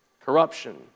Corruption